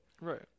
Right